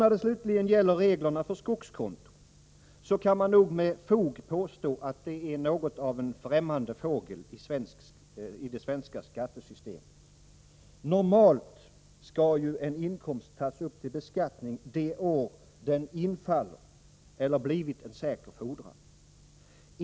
När det slutligen gäller reglerna för skogskonto, kan man med fog påstå att det rör sig om något av en främmande fågel i det svenska skattesystemet. Normalt skall ju en inkomst tas upp till beskattning det år den infaller eller blivit en säker fordran.